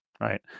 right